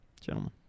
gentlemen